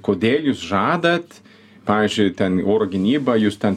kodėl jūs žadat pavyzdžiui ten oro gynybą jūs ten